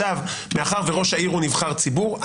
מאחר שראש העיר הוא נבחר ציבור,